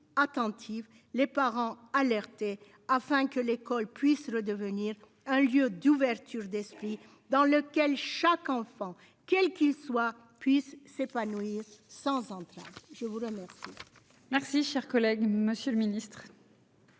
attentives les parents alertés afin que l'école puisse redevenir un lieu d'ouverture d'esprit dans lequel chaque enfant, quel qu'il soit puisse s'épanouir sans. Je vous remercie.